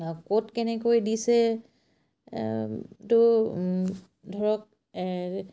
ক'ত কেনেকৈ দিছে তো ধৰক